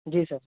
جی سر